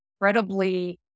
incredibly